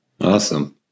Awesome